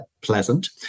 pleasant